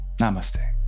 namaste